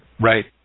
Right